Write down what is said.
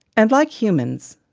and like humans,